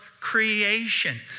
creation